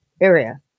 area